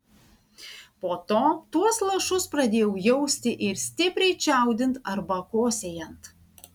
po to tuos lašus pradėjau jausti ir stipriai čiaudint arba kosėjant